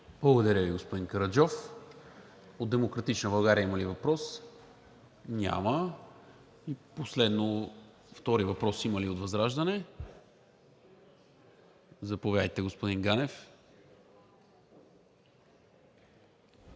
Благодаря Ви, господин Караджов. От „Демократична България“ има ли въпрос? Няма. Втори въпрос има ли от ВЪЗРАЖДАНЕ? Заповядайте, господин Ганев.